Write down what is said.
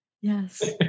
yes